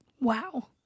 Wow